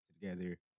together